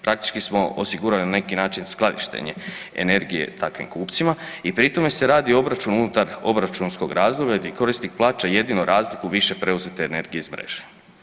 Praktički smo osigurali na neki način skladištenje energije takvim kupcima i pri tome se radi o obračunu unutar obračunskog razdoblja di korisnik plaća jedino razliku više preuzete energije iz mreže.